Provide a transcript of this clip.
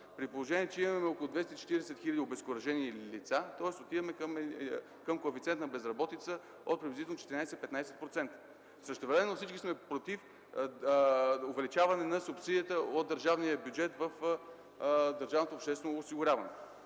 при положение че имаме около 240 хил. обезкуражени лица, тоест отиваме към коефициент на безработица от приблизително 14-15%. Същевременно, всички сме против увеличаване на субсидията от държавния бюджет в Държавното обществено осигуряване.